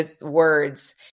words